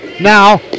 Now